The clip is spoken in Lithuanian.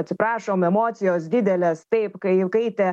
atsiprašom emocijos didelės taip kai įkaitę